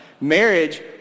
Marriage